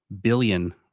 billion